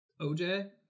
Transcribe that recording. OJ